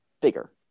bigger